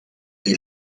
elle